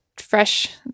fresh